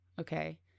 okay